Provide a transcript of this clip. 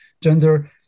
gender